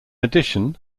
addition